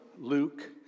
Luke